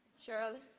Shirley